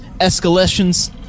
escalations